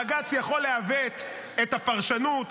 בג"ץ יכול לעוות את הפרשנות,